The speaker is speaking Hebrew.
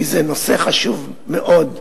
כי זה נושא חשוב מאוד,